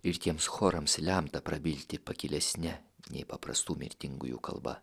ir tiems chorams lemta prabilti pakilesne nei paprastų mirtingųjų kalba